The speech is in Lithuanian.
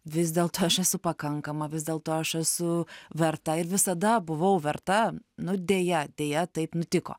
vis dėlto aš esu pakankama vis dėlto aš esu verta ir visada buvau verta nu deja deja taip nutiko